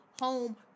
home